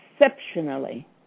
exceptionally